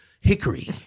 hickory